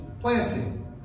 planting